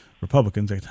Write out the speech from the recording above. Republicans